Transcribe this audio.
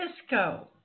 Cisco